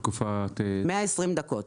120 דקות